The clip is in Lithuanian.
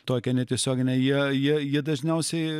tokią netiesioginę jie jie jie dažniausiai